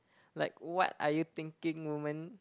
like what are you thinking woman